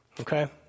Okay